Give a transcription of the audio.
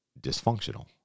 dysfunctional